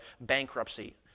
bankruptcy